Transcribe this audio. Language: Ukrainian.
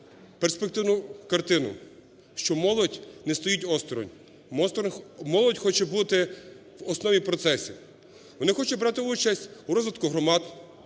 перспективну картину, що молодь не стоїть осторонь, молодь хоче бути в основі процесів. Вони хочуть брати участь в розвитку громад,